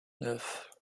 neuf